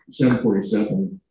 747